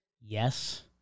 yes